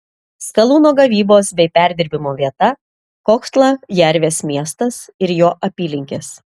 skalūno gavybos bei perdirbimo vieta kohtla jervės miestas ir jo apylinkės